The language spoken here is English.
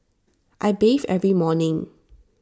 I bathe every morning